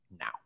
now